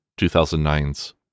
2009's